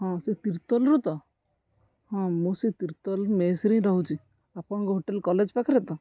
ହଁ ସେ ତୀର୍ତୋଲରୁ ତ ହଁ ମୁଁ ସେ ତୀର୍ତୋଲ ମେସରେ ରହୁଛି ଆପଣଙ୍କ ହୋଟେଲ କଲେଜ ପାଖରେ ତ